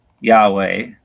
Yahweh